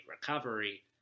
recovery